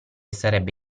sarebbe